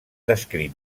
descrit